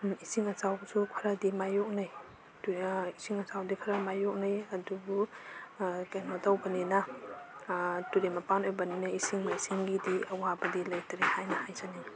ꯏꯁꯤꯡ ꯑꯆꯥꯎꯕꯁꯨ ꯈꯔꯗꯤ ꯃꯥꯏꯌꯣꯛꯅꯩ ꯏꯁꯤꯡ ꯑꯆꯥꯎꯗꯤ ꯈꯔ ꯃꯥꯏꯌꯣꯛꯅꯩ ꯑꯗꯨꯕꯨ ꯀꯩꯅꯣ ꯇꯧꯕꯅꯤꯅ ꯇꯨꯔꯦꯟ ꯃꯄꯥꯟ ꯑꯣꯏꯕꯅꯤꯅ ꯏꯁꯤꯡ ꯃꯥꯏꯁꯤꯡꯒꯤꯗꯤ ꯑꯋꯥꯕꯗꯤ ꯂꯩꯇꯔꯦ ꯍꯥꯏꯅ ꯍꯥꯏꯖꯅꯤꯡꯏ